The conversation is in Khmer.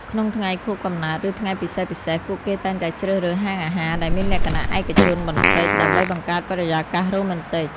ក្នុងថ្ងៃខួបកំណើត ឬថ្ងៃពិសេសៗ ពួកគេតែងតែជ្រើសរើសហាងអាហារដែលមានលក្ខណៈឯកជនបន្តិច ដើម្បីបង្កើតបរិយាកាសរ៉ូមែនទិក។